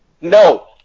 No